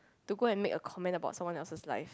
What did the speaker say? to go and make a comment about someone else's life